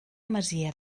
masia